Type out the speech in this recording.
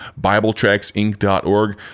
BibleTracksInc.org